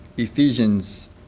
Ephesians